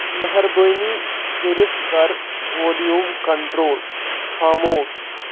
مہربٲنی کٔرِتھ کر وولیوم کنٹرول خاموش